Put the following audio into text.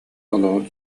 олоҕун